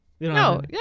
No